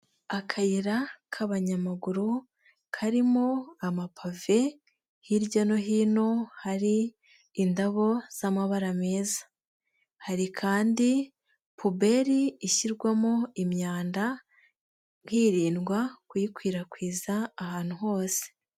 Akayira k'abanyamaguru karimo amapave ,hirya no hino hari indabo z'amabara meza. Hari kandi puberi ishyirwamo imyanda kirindwa kuyikwirakwiza ahantu hose.